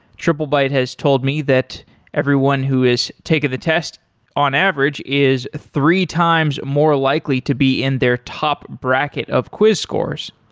triplebyte has told me that everyone who has taken the test on average is three times more likely to be in their top bracket of quiz scores